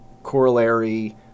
corollary